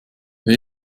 wer